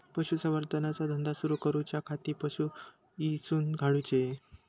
पशुसंवर्धन चा धंदा सुरू करूच्या खाती पशू खईसून हाडूचे?